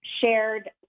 shared